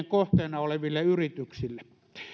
kohteena oleville yrityksille